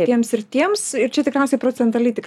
tiems ir tiems ir čia tikriausiai procentaliai tik